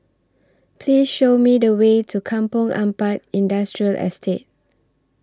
Please Show Me The Way to Kampong Ampat Industrial Estate